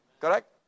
Correct